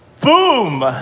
boom